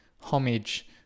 Homage